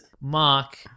Mark